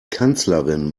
kanzlerin